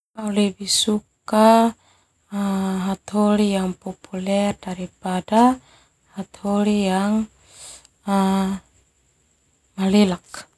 Hataholi yang populer daripada hataholi yang malelak.